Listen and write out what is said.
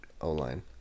O-line